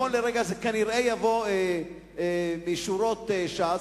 נכון לרגע זה הוא כנראה יבוא משורות ש"ס,